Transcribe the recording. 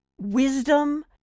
wisdom